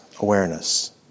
awareness